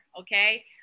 Okay